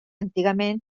antigament